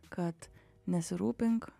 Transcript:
kad nesirūpink